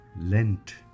Lent